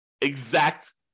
exact